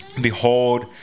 Behold